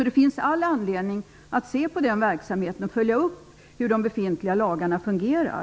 Det finns all anledning att bevaka verksamheten och undersöka hur de befintliga lagarna fungerar.